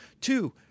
two